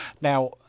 now